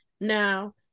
Now